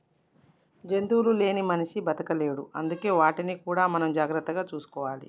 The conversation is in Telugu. జంతువులు లేని మనిషి బతకలేడు అందుకే వాటిని కూడా మనం జాగ్రత్తగా చూసుకోవాలి